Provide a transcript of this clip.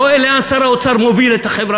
רואה לאן שר האוצר מוביל את החברה